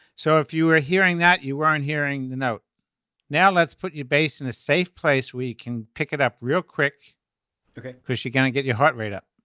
so if you were hearing that you weren't hearing the note now let's put your base in a safe place we can pick it up real quick okay. cause you're gonna get your heart rate up.